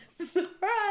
Surprise